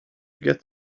get